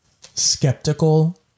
skeptical